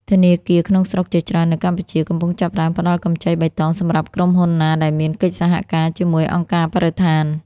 ធនាគារក្នុងស្រុកជាច្រើននៅកម្ពុជា កំពុងចាប់ផ្ដើមផ្ដល់កម្ចីបៃតងសម្រាប់ក្រុមហ៊ុនណាដែលមានកិច្ចសហការជាមួយអង្គការបរិស្ថាន។